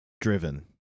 driven